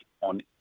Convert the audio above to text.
on